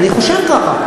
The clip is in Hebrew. אני חושב ככה.